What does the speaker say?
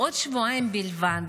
בעוד שבועיים בלבד,